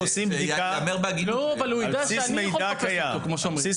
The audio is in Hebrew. אנחנו עושים בדיקה על בסיס מידע קיים,